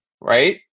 right